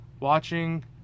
Watching